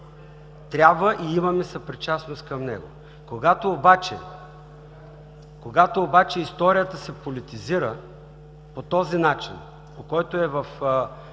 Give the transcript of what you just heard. трябва и имаме съпричастност към него. Когато обаче историята се политизира по този начин, по който е